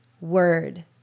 word